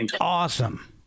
awesome